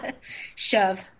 shove